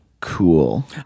cool